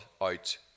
out